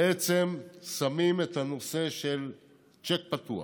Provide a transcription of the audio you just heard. בעצם שמים את הנושא של צ'ק פתוח,